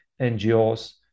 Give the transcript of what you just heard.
NGOs